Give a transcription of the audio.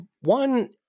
one